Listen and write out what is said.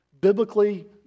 Biblically